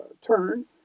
turn